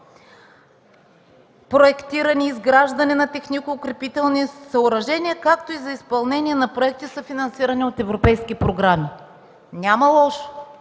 проектиране и изграждане на технико-укрепителни съоръжения, както и за изпълнение на проекти, съфинансирани от европейски програми. Няма лошо,